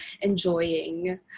enjoying